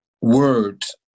words